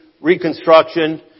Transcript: reconstruction